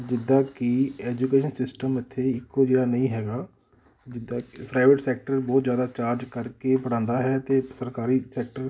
ਜਿੱਦਾਂ ਕੀ education system ਇੱਥੇ ਇੱਕੋ ਜਿਹਾ ਨਹੀਂ ਹੈਗਾ ਜਿੱਦਾਂ ਪ੍ਰਾਈਵੇਟ ਸੈਕਟਰ ਬਹੁਤ ਜ਼ਿਆਦਾ ਚਾਰਜ ਕਰਕੇ ਪੜ੍ਹਾਉਂਦਾ ਹੈ ਅਤੇ ਸਰਕਾਰੀ ਸੈਕਟਰ